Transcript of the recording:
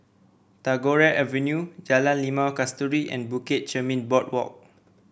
Tagore Avenue Jalan Limau Kasturi and Bukit Chermin Boardwalk